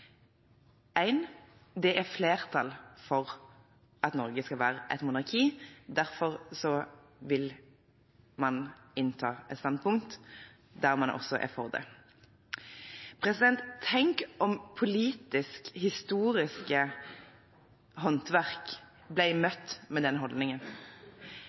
Det er flertall for at Norge skal være et monarki. Derfor vil man innta et standpunkt der man selv også er for det. Tenk om politisk historiske håndverk ble møtt med den holdningen.